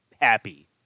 happy